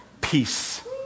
peace